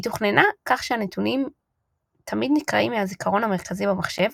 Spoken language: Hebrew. היא תוכננה כך שהנתונים תמיד נקראים מהזיכרון המרכזי במחשב,